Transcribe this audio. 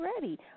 ready